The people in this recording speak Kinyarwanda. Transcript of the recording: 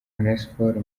onesphore